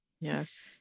yes